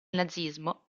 nazismo